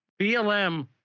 BLM